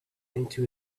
into